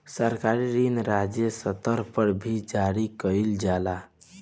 सरकारी ऋण राज्य स्तर पर भी जारी कईल जाला